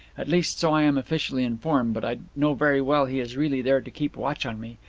at least, so i am officially informed, but i know very well he is really there to keep watch on me,